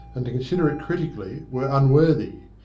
and to consider it critically were unworthy.